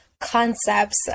concepts